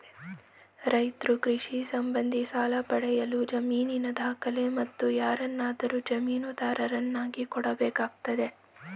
ರೈತ್ರು ಕೃಷಿ ಸಂಬಂಧಿ ಸಾಲ ಪಡೆಯಲು ಜಮೀನಿನ ದಾಖಲೆ, ಮತ್ತು ಯಾರನ್ನಾದರೂ ಜಾಮೀನುದಾರರನ್ನಾಗಿ ಕೊಡಬೇಕಾಗ್ತದೆ